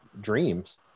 dreams